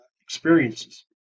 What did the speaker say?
experiences